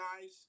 guys